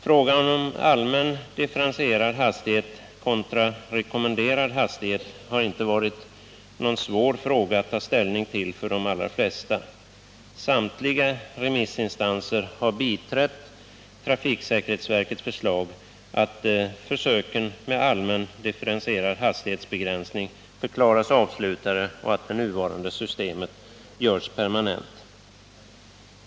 För de allra flesta har det inte varit svårt att ta ställning till frågan om en allmän differentierad hastighetsbegränsning kontra rekommenderad hastighet. Samtliga remissinstanser har biträtt trafiksäkerhetsverkets förslag att försöken med alimän differentierad hastighetsbegränsning förklaras avslutade och att systemet görs permanent.